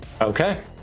Okay